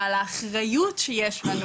ועל האחריות שיש לנו